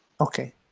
Okay